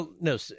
No